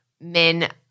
men